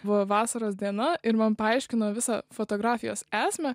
buvo vasaros diena ir man paaiškino visą fotografijos esmę